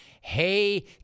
Hey